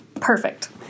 perfect